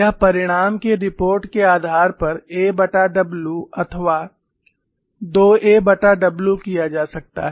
यह परिणाम की रिपोर्ट के आधार पर aw अथवा 2a w किया जा सकता है